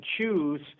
choose